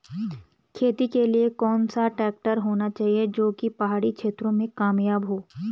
खेती के लिए कौन सा ट्रैक्टर होना चाहिए जो की पहाड़ी क्षेत्रों में कामयाब हो?